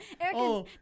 Erica